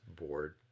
board